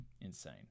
Insane